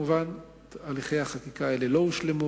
הליכי החקיקה האלה לא הושלמו